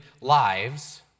lives